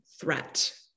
threat